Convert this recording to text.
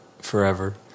forever